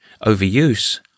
Overuse